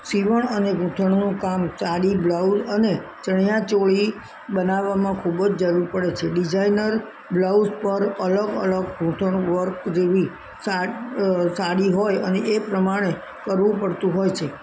સિવણ અને ગુંથણનું કામ સાડી બ્લાઉસ અને ચણિયા ચોળી બનાવવામાં ખૂબ જ જરૂર પડે છે ડિઝાયનર બ્લાઉસ પર અલગ અલગ ગુંથણ વર્ક જેવી સાડી હોય અને એ પ્રમાણે કરવું પડતું હોય છે